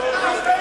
תתבייש לך אתה.